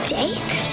date